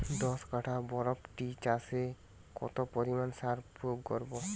দশ কাঠা বরবটি চাষে কত পরিমাণ সার প্রয়োগ করব?